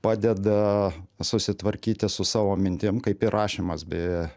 padeda susitvarkyti su savo mintim kaip ir rašymas beje